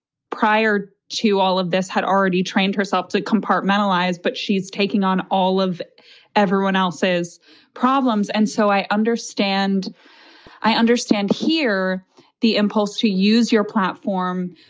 prior to all of this, had already trained herself to compartmentalize, but she's taking on all of everyone else's problems. and so i understand i understand here the impulse to use your platform.